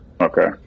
Okay